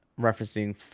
referencing